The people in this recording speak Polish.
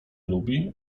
lubi